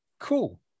Cool